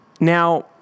Now